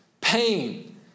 pain